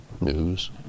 news